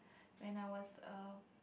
when I was a